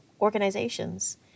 organizations